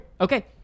Okay